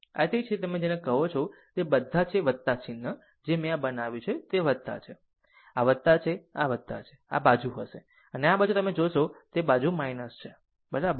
આ તે છે જેને તમે કહો છો તે બધા છે ચિન્હ મેં આ બનાવ્યું છે તે છે આ છે આ છે આ બાજુ હશે અને આ બાજુ તમે લેશો તે બાજુ છે બરાબર